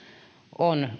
on